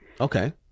okay